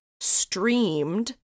streamed